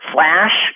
Flash